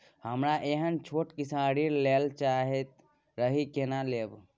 हमरा एहन छोट किसान ऋण लैले चाहैत रहि केना लेब?